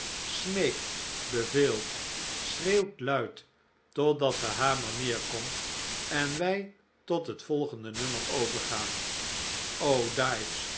smeekt beveelt schreeuwt luid totdat de hamer neerkomt en wij tot het volgende nummer overgaan o